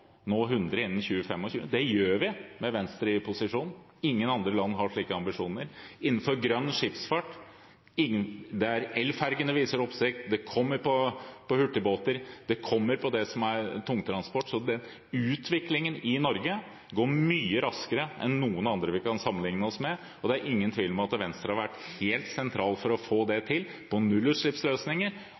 nå 100 pst. innen 2025. Det gjør vi med Venstre i posisjon. Ingen andre land har slike ambisjoner. Innenfor grønn skipsfart vekker elfergene oppsikt. Det kommer også på hurtigbåter og på tungtransport, så utviklingen i Norge går mye raskere enn i noen andre land vi kan sammenlikne oss med. Det er ingen tvil om at Venstre har vært helt sentral for å få til dette på nullutslippsløsninger,